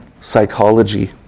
psychology